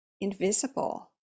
invisible